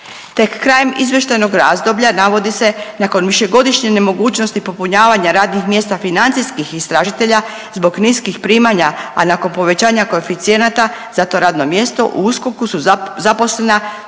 Tek krajem izvještajnog razdoblja navodi se nakon višegodišnje nemogućnosti popunjavanja radnih mjesta financijskih istražitelja zbog niskim primanja, a nakon povećanja koeficijenata za to radno mjesto u USKOK-u su zaposlena